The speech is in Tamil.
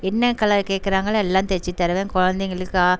என்ன கலர் கேட்குறாங்களோ எல்லாம் தைச்சுத் தருவேன் குலந்தைங்களுக்கா